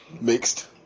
mixed